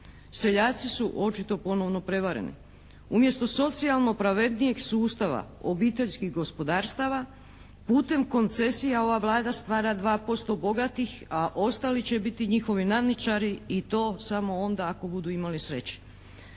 Seljaci su očito ponovno prevareni. Umjesto socijalno pravednijeg sustava obiteljskih gospodarstava putem koncesija ova Vlada stvara dva posto bogatih, a ostali će biti njihovi nadničari i to samo onda ako budu imali sreće.